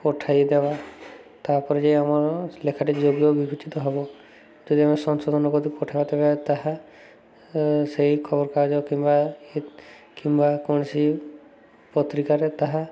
ପଠାଇଦବା ତାପରେ ଯାଇ ଆମ ଲେଖାଟି ଯୋଗ୍ୟ ବିବେଚିତ ହବ ଯଦି ଆମେ ସଂଶୋଧନ କରିଦେଇ ପଠେଇବା ଦେବେ ତାହା ସେଇ ଖବରକାଗଜ କିମ୍ବା କିମ୍ବା କୌଣସି ପତ୍ରିକାରେ ତାହା